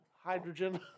Hydrogen